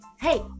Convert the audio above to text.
Hey